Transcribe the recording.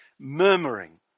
murmuring